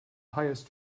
highest